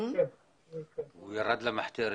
גברתי.